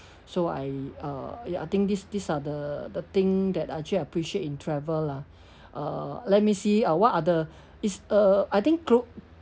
so I uh ya I think these these are the the thing that I actually appreciate in travel lah uh let me see uh what are the is uh I think clothing